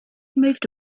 moved